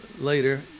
later